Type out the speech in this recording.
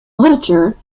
literature